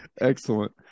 Excellent